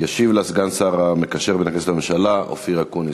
וישיב לה סגן שר המקשר בין הכנסת לממשלה אופיר אקוניס.